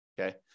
okay